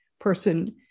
person